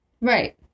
Right